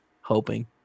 hoping